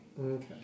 Okay